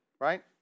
right